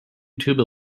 tuba